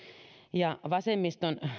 ja vasemmiston